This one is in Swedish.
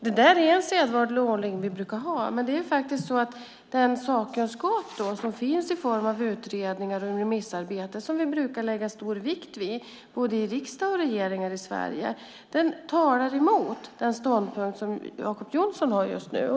Det där är den sedvanliga ordning som vi brukar ha, men den sakkunskap som finns i form av utredningar och remissarbete som vi brukar lägga stor vikt vid både i riksdag och i regeringar i Sverige talar emot den ståndpunkt som Jacob Johnson har just nu.